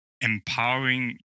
empowering